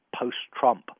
post-Trump